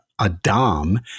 Adam